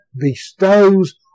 bestows